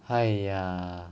!haiya!